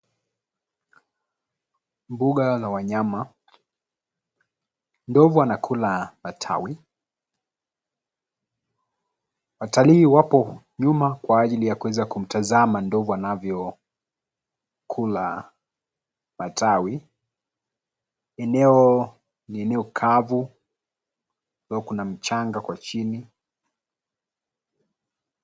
Mbuga la wanyama, ndovu anakula matawi watalii wapo nyuma kwa ajili ya kuweza kumtazama ndovu anavyo kula matawi eneo ni eneo kavu though [ cs] kuna mchanga kwa chini.